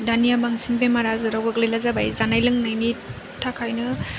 दानिया बांसिन बेमार आजाराव गोग्लैग्रा जाबाय जानाय लोंनायनि थाखायनो